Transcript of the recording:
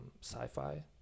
Sci-Fi